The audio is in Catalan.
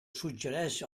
suggereix